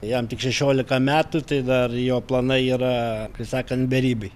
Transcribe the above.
jam tik šešiolika metų tai dar jo planai yra kaip sakant beribiai